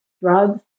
drugs